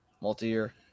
multi-year